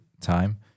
time